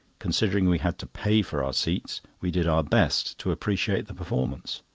considering we had to pay for our seats, we did our best to appreciate the performance.